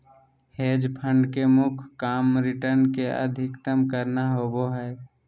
hedge fund के मुख्य काम रिटर्न के अधीकतम करना होबो हय